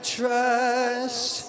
trust